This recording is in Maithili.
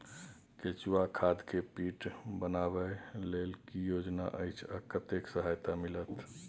केचुआ खाद के पीट बनाबै लेल की योजना अछि आ कतेक सहायता मिलत?